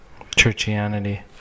Churchianity